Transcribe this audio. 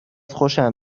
خوشم